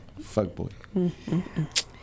fuckboy